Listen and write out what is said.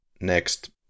next